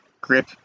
grip